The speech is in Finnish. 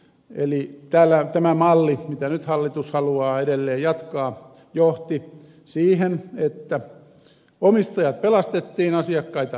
eli tämä malli mitä hallitus nyt haluaa edelleen jatkaa johti siihen että omistajat pelastettiin asiakkaita ei